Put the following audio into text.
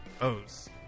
O's